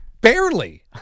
Barely